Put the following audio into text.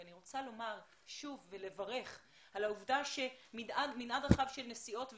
אני שוב רוצה לברך על העובדה שמנעד רחב של נסיעות וקבוצות,